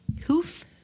Hoof